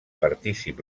partícip